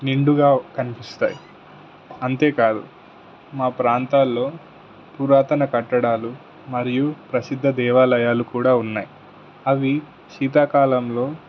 నిండుగా కనిపిస్తాయి అంతేకాదు మా ప్రాంతాల్లో పురాతన కట్టడాలు మరియు ప్రసిద్ధ దేవాలయాలు కూడా ఉన్నాయి అవి శీతాకాలంలో